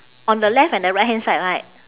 on the left and the right hand side right